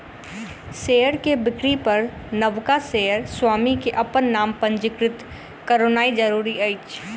share के बिक्री पर नबका शेयर स्वामी के अपन नाम पंजीकृत करौनाइ जरूरी अछि